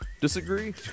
disagree